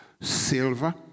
silver